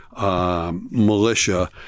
militia